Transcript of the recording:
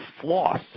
floss